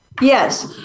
Yes